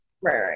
right